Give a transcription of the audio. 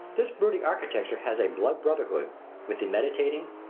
this brooding architecture has a blood-brotherhood with the meditating,